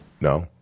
No